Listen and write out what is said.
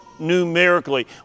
numerically